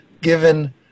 given